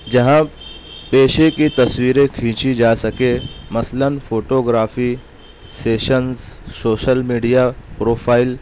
جہاں پیشے کی تصویریں کھینچی جا سکیں مثلا photography sessions social media profile